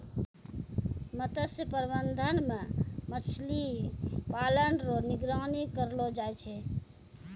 मत्स्य प्रबंधन मे मछली पालन रो निगरानी करलो जाय छै